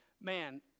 man